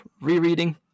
rereading